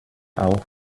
auch